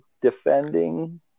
defending